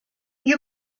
you